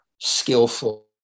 skillful